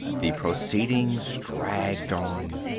the proceedings dragged on.